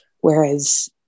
Whereas